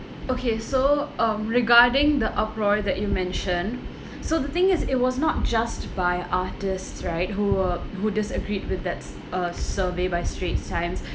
okay so um regarding the uproar that you mention so the thing is it was not just by artists right who were who disagreed with that's a survey by straits times